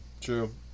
True